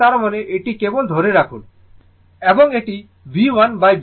সুতরাং তার মানে এটি কেবল ধরে রাখুন